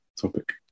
topic